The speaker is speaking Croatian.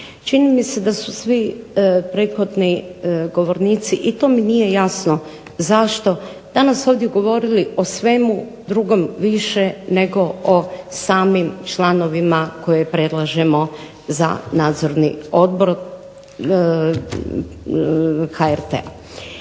Čini mi se da su svi prethodni govornici i to mi nije jasno zašto, danas ovdje govorili o svemu drugom više nego o samim članovima koje predlažemo za Nadzorni odbor HRT-a.